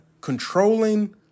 controlling